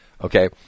Okay